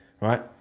right